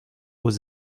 aux